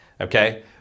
okay